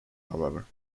however